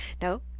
No